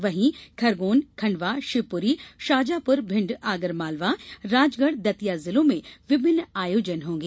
वहीं खरगोन खंडवा शिवपुरी शाजापुर भिंड आगरमालवा राजगढ़ दतिया जिलों में विभिन्न आयोजन होंगे